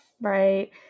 Right